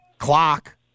clock